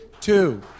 Two